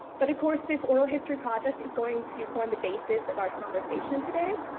but of course, this oral history project is going to form the basis of our conversation today.